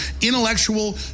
intellectual